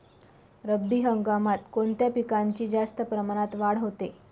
रब्बी हंगामात कोणत्या पिकांची जास्त प्रमाणात वाढ होते?